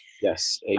Yes